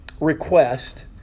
request